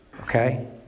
Okay